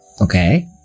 Okay